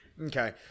Okay